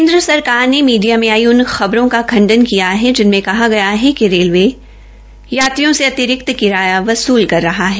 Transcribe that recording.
केन्द्र सरकार ने मीडिया में आई उन खबरों का खडंन किया है जिनमे कहा गया है रेलवे यात्रियों से अतिरिक्त किराया वसूल कर रहा है